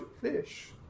fish